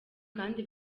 kandi